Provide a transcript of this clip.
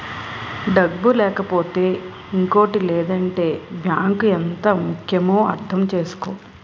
డబ్బు లేకపోతే ఇంకేటి లేదంటే బాంకు ఎంత ముక్యమో అర్థం చేసుకో